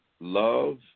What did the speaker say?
love